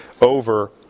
over